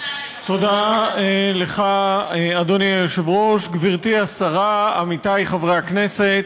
תודה לך, גברתי השרה, עמיתי חברי הכנסת,